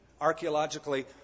archaeologically